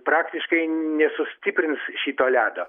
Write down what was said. praktiškai nesustiprins šito ledo